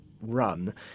run